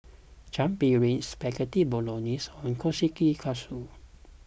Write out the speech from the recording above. Chaat Papri Spaghetti Bolognese and Kushikatsu